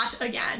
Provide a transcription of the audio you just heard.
again